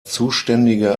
zuständige